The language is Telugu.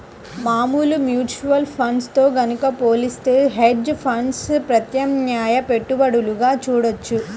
మామూలు మ్యూచువల్ ఫండ్స్ తో గనక పోలిత్తే హెడ్జ్ ఫండ్స్ ప్రత్యామ్నాయ పెట్టుబడులుగా చూడొచ్చు